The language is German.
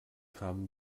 haben